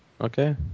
okay